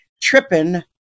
tripping